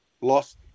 lost